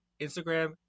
Instagram